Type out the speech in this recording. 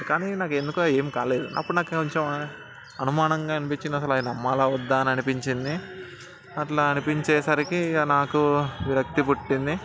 కానీ నాకు ఎందుకో ఏం కాలేదు అప్పుడు నాకు కొంచెం అనుమానంగా అనిపించింది అసలు అవి నమ్మాలా వద్దా అని అనిపించింది అట్లా అనిపించేసరికి నాకు విరక్తి పుట్టింది